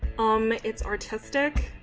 um its artistic